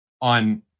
on